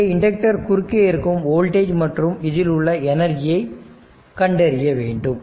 இங்கே இண்டக்டர் குறுக்கே இருக்கும் வோல்டேஜ் மற்றும் இதில் உள்ள எனர்ஜியை கண்டறியவேண்டும்